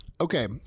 Okay